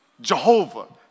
Jehovah